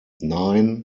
nine